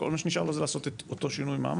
וכל מה שנשאר לו זה לעשות את אותו שינוי מעמד.